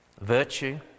virtue